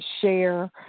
share